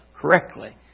correctly